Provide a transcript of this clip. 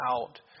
out